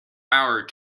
our